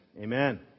amen